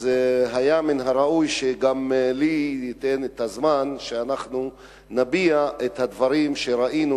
אז היה מן הראוי שגם לי יינתן הזמן ואנחנו נביע את הדברים שראינו,